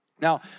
Now